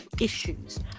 issues